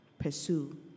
pursue